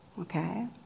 okay